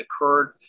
occurred